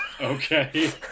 Okay